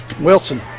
Wilson